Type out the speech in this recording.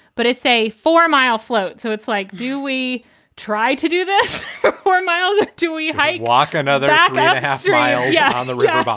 but it's a four mile float. so it's like, do we try to do this for for miles? like do we hate walk another trial yeah on the river? um ah